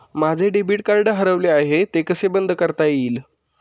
माझे debit card हरवले आहे ते कसे बंद करता येईल?